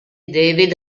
david